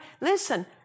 listen